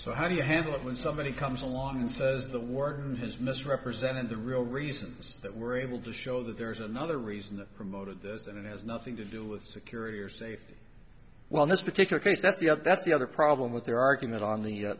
so how do you handle it when somebody comes along and says the work has misrepresented the real reasons that we're able to show that there is another reason that promoted this and it has nothing to do with security or safety well in this particular case that's the other that's the other problem with their argument on the